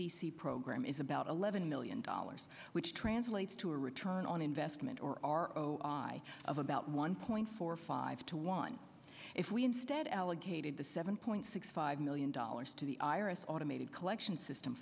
t c program is about eleven million dollars which translates to a return on investment or are i of about one point four five to one if we instead allocated the seven point six five million dollars to the iris automated collection system